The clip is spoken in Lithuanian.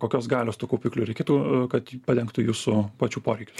kokios galios tų kaupiklių reikėtų kad padengtų jūsų pačių poreikius